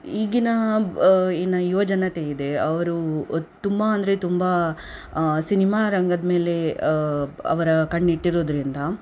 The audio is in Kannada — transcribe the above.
ಈಗಿನ ಏನು ಯುವಜನತೆ ಇದೆ ಅವರು ತುಂಬ ಅಂದರೆ ತುಂಬ ಸಿನಿಮಾ ರಂಗದ್ಮೇಲೆ ಅವರ ಕಣ್ಣಿಟ್ಟಿರೋದ್ರಿಂದ